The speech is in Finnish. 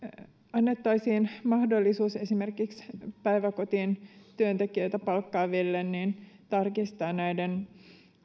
annettaisiin mahdollisuus esimerkiksi päiväkotien työntekijöitä palkkaaville tarkistaa näiden